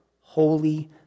holy